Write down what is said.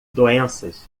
doenças